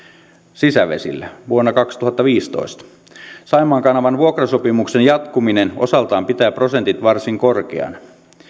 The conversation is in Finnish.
sisävesillä vuonna kaksituhattaviisitoista saimaan kanavan vuokrasopimuksen jatkuminen osaltaan pitää prosentit varsin korkeina